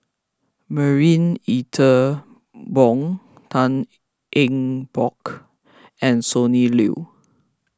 Marie Ethel Bong Tan Eng Bock and Sonny Liew